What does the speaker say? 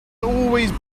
always